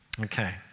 Okay